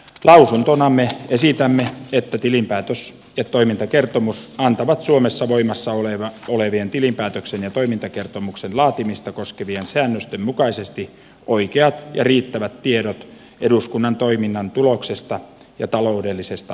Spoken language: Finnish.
lausuntonamme esitämme että tilinpäätös ja toimintakertomus antavat suomessa voimassa olevien tilinpäätöksen ja toimintakertomuksen laatimista koskevien säännösten mukaisesti oikeat ja riittävät tiedot eduskunnan toiminnan tuloksesta ja taloudellisesta asemasta